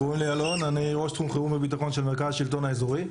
אני ראש תחום חירום וביטחון של מרכז שלטון האזורי,